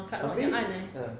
habis ah